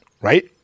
right